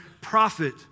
prophet